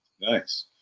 Nice